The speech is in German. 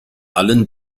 allen